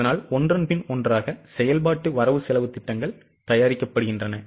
அதனால் ஒன்றன் பின் ஒன்றாக செயல்பாட்டு வரவு செலவுத் திட்டங்கள் தயாரிக்கப்படுகின்றன